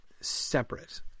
separate